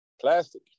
plastic